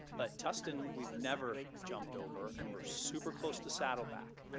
but tustin we've never jumped over and we're super close to saddleback.